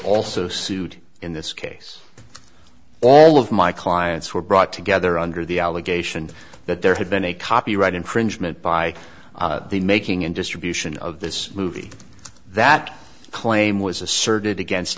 also sued in this case all of my clients were brought together under the allegation that there had been a copyright infringement by the making and distribution of this movie that claim was asserted against